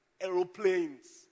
aeroplanes